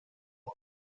und